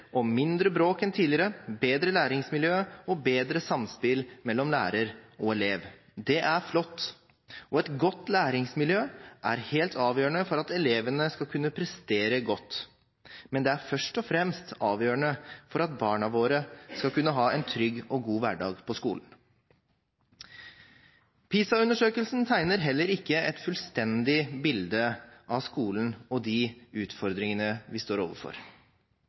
om mindre bråk enn tidligere, bedre læringsmiljø og bedre samspill mellom lærer og elev. Det er flott, og et godt læringsmiljø er helt avgjørende for at elevene skal kunne prestere godt. Men det er først og fremst avgjørende for at barna våre skal kunne ha en trygg og god hverdag på skolen. PISA-undersøkelsen tegner heller ikke et fullstendig bilde av skolen og de utfordringene vi står overfor.